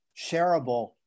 shareable